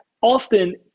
often